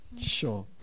Sure